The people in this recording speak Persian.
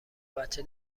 بچه